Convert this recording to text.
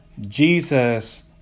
Jesus